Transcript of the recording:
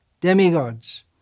demigods